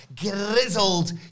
grizzled